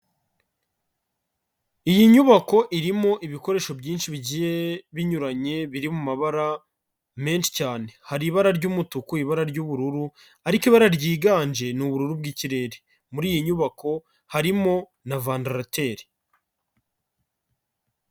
Iyi nyubako irimo ibikoresho byinshi bigiye binyuranye biri mu mabara menshi cyane, hari ibara ry'umutuku, ibara ry'ubururu ariko ibara ryiganje ni ubururu bw'ikirere, muri iyi nyubako harimo na vandarateri.